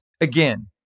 Again